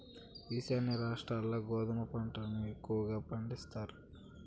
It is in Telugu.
ఈశాన్య రాష్ట్రాల్ల గోధుమ పంట ఎక్కువగా పండుతాయి